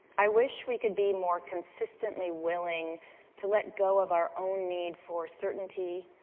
i wish we could be more consistently willing to let go of our own need for certainty,